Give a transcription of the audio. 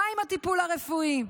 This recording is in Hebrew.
מה עם הטיפול הרפואי?